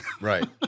right